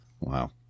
Wow